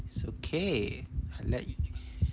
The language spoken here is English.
so okay let's